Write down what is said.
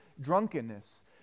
drunkenness